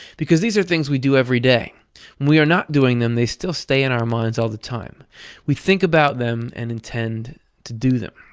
because these are things we do every day. when we are not doing them, they still stay in our minds all the time we think about them and intend to do them.